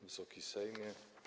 Wysoki Sejmie!